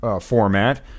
format